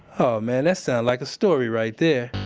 oh man, so like a story right there.